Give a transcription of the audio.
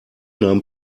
nahm